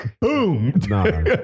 Boom